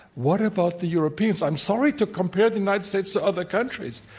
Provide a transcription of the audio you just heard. what about the europeans? i'm sorry to compare the united states to other countries,